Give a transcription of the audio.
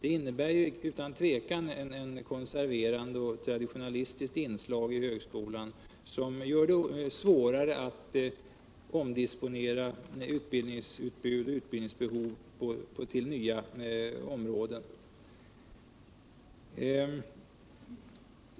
Det här betyder utan tvivel ett konserverande och traditionalistiskt inslag i högskolan, som gör det svårare att omdisponcera utbildningsutbud och utbildningsbehov till nva områden.